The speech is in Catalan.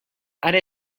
ara